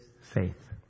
faith